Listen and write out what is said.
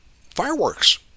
fireworks